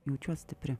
jaučiuos stipri